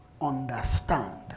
understand